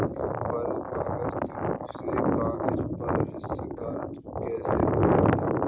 परंपरागत रूप से गाजा प्रसंस्करण कैसे होता है?